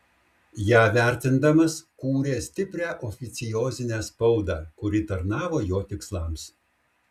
ją vertindamas kūrė stiprią oficiozinę spaudą kuri tarnavo jo tikslams